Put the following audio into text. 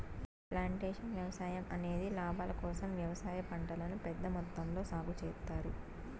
plantation వ్యవసాయం అనేది లాభాల కోసం వ్యవసాయ పంటలను పెద్ద మొత్తంలో సాగు చేత్తారు